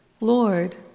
Lord